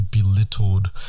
belittled